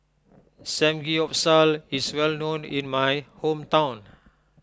Samgeyopsal is well known in my hometown